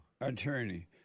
attorney